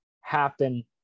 happen